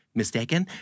mistaken